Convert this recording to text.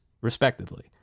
respectively